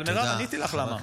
אבל מירב, עניתי לך למה.